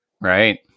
Right